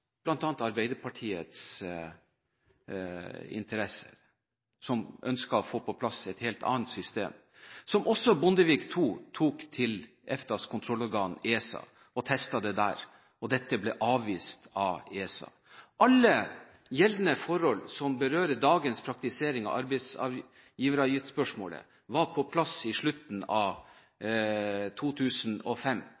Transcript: Arbeiderpartiets interesse. De ønsket å få på plass et helt annet system, som også Bondevik II tok til EFTAs kontrollorgan, ESA, og testet der. Dette ble avvist av ESA. Alle gjeldende forhold som berører dagens praktisering av spørsmålet om arbeidsgiveravgift, var på plass på slutten av